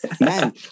Man